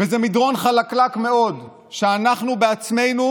וזה מדרון חלקלק מאוד שאנחנו בעצמנו